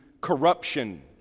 corruption